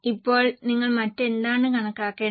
ഇപ്പോൾ നിങ്ങൾ മറ്റെന്താണ് കണക്കാക്കേണ്ടത്